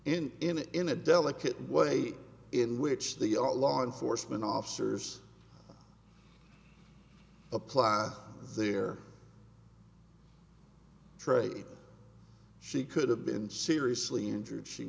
in in a in a delicate way in which the all law enforcement officers apply their trade she could have been seriously injured she